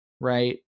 right